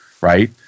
right